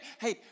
hey